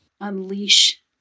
unleash